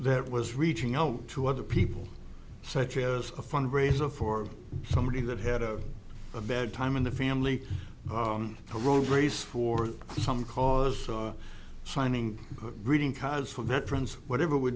that was reaching out to other people such as a fundraiser for somebody that had a a bad time in the family on the road race for some cause signing reading cards for veterans whatever we're